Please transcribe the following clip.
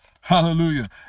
Hallelujah